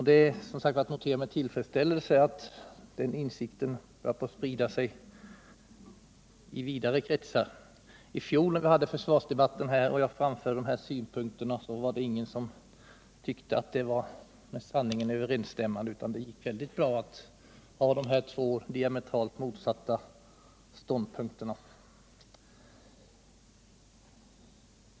Det är att notera med tillfredsställelse att denna insikt börjar sprida sig i vidare kretsar. I fjolårets försvarsdebatt, när jag framförde dessa synpunkter, var det ingen som tyckte att detta var med sanningen överensstämmande, utan det gick mycket bra att inta dessa två diametralt motsatta ståndpunkter.